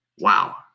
Wow